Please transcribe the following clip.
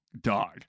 dog